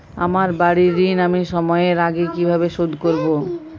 আমার বাড়ীর ঋণ আমি সময়ের আগেই কিভাবে শোধ করবো?